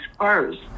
first